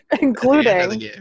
Including